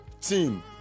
team